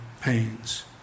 pains